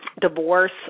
divorce